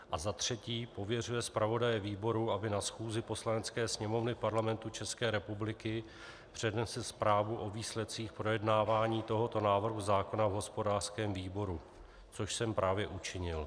A za třetí, pověřuje zpravodaje výboru, aby na schůzi Poslanecké sněmovny Parlamentu České republiky přednesl zprávu o výsledcích projednávání tohoto návrhu zákona v hospodářském výboru, což jsem právě učinil.